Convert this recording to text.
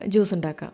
juice ഉണ്ടാക്കാം